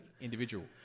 individual